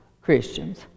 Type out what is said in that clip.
Christians